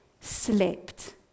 slept